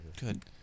Good